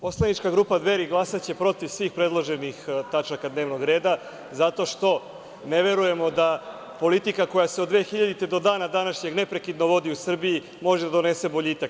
Poslanička grupa Dveri glasaće protiv svih predloženih tačaka dnevnog reda, zato što ne verujemo da politika, koja se od 2000. godine do dana današnjeg neprekidno vodi u Srbiji, može da donese boljitak.